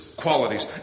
Qualities